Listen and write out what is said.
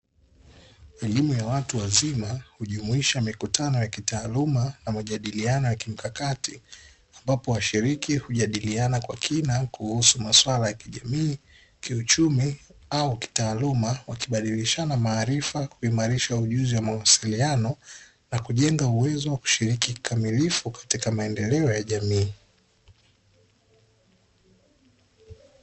Elimu ya watu wazima hujumuisha mikutano ya kitaaluma na majadiliano ya kimkakati ambapo washiriki hujadiliana kwa kina kuhusu maswala ya kijamii, kiuchumi au kitaaluma wakibadilishana maarifa, kuimarisha ujuzi wa mawasiliano na kujenga uwezo wa kushiriki kikamilifu katika maendeleo ya jamii.